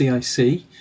CIC